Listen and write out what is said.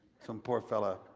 some poor fella,